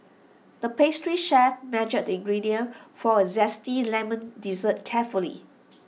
the pastry chef measured the ingredients for A Zesty Lemon Dessert carefully